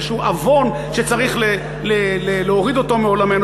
זה איזשהו עוון שצריך להוריד אותו מעולמנו.